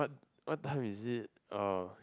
what what time is it orh